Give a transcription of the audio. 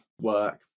work